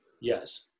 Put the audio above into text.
Yes